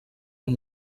amb